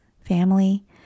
family